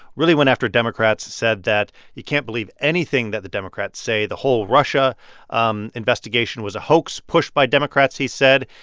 really went after democrats, said that he can't believe anything that the democrats say. the whole russia um investigation was a hoax pushed by democrats, he said.